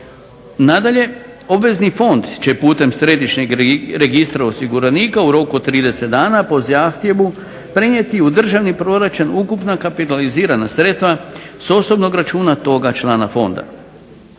Nadalje, obvezni fond će putem središnjeg registra osiguranika u roku od 30 dana po zahtjevu prenijeti u državni proračun ukupna kapitalizirana sredstva s osobnog računa toga člana fonda.